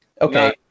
Okay